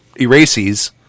erases